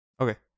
okay